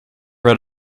read